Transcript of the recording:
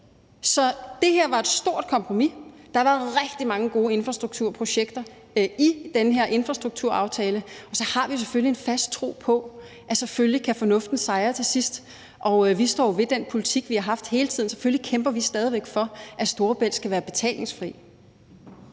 Så det her var et stort kompromis. Der var rigtig mange gode infrastrukturprojekter i den her infrastrukturaftale. Og så har vi selvfølgelig en fast tro på, at fornuften kan sejre til sidst. Vi står jo ved den politik, vi har haft hele tiden. Selvfølgelig kæmper vi stadig væk for, at Storebælt skal være betalingsfri.